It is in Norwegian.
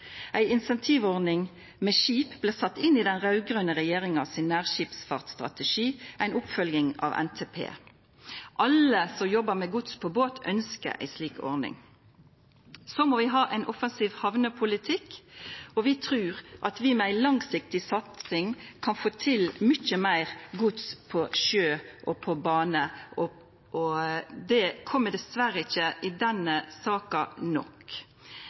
Ei incentivordning for skip blei sett inn i den raud-grøne regjeringas nærskipsfartsstrategi, som er ei oppfølging av NTP. Alle som jobbar med gods på båt, ønskjer ei slik ordning. Så må vi ha ein offensiv hamnepolitikk, og vi trur at vi med ei langsiktig satsing kan få mykje meir gods over på sjø og bane. Det kjem dessverre ikkje nok fram i denne saka.